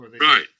Right